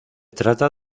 trata